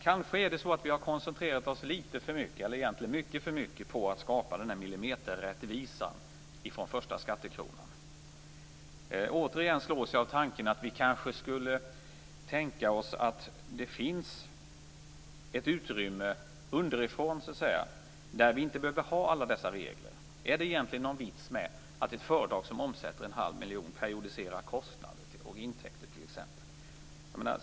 Kanske är det så att vi har koncentrerat oss litet för mycket, eller egentligen mycket för mycket, på att skapa millimeterrättvisa från första skattekronan. Återigen slås jag av tanken att vi kanske skulle tänka oss att det finns ett utrymme underifrån där vi inte behöver ha alla dessa regler. Är det t.ex. egentligen någon vits med att ett företag som omsätter en halv miljon periodiserar kostnader och intäkter?